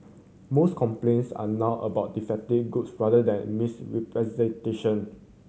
most complaints are now about defective goods rather than misrepresentation